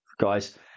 guys